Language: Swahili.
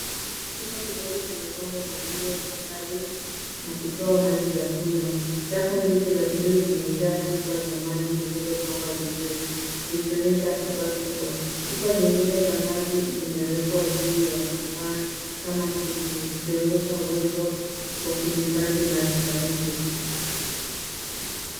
Chumba kidogo kimepangwa kwa ajili ya kuhifadhi na kutoa maji ya kunywa. Rafu mbili za buluu zimejaa chupa za maji zilizopangwa vizuri zikionyesha akiba kubwa. Chupa zingine za maji zimewekwa juu ya kifaa kama friji, zikionyesha uwezo wa kuhifadhi maji baridi.